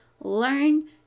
learn